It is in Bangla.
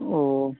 ও